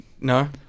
No